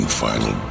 final